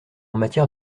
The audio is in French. matière